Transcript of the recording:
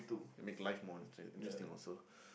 will make life more interest~ interesting also